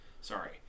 Sorry